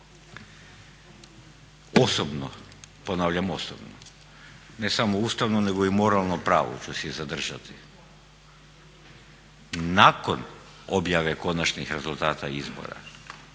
Osobno, ponavljam osobno, ne samo ustavno nego i moralno pravo ću si zadržati, nakon objave konačnih rezultata izbora